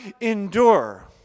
endure